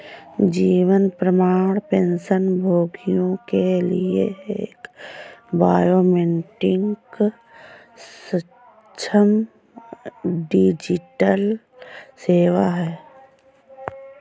जीवन प्रमाण पेंशनभोगियों के लिए एक बायोमेट्रिक सक्षम डिजिटल सेवा है